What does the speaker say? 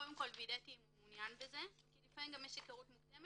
קודם כול וידאתי אם הוא מעוניין בזה כי לפעמים גם יש היכרות מוקדמת.